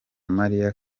marie